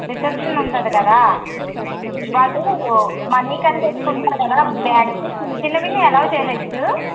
reception ఉంటుంది కదా వాళ్ళు మనీకని తెచ్చుకుంటారు కదా బ్యాగ్స్ చిన్న చిన్నవి అల్లౌ చెయ్యచ్చు